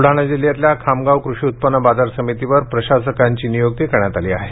ब्लडाणा जिल्हयातल्या खामगाव कृषी उत्पन्न बाजार समितीवर प्रशासकांची नियुक्ती करण्यात आली आहे